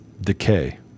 decay